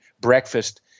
breakfast –